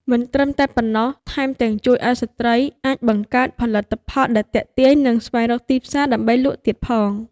មិនត្រឹមតែប៉ុណ្ណោះ ថែមទាំងជួយឱ្យស្ត្រីអាចបង្កើតផលិតផលដែលទាក់ទាញ និងស្វែងរកទីផ្សារដើម្បីលក់ទៀតផង។